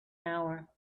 hour